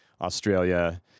Australia